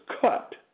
cut